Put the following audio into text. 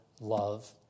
love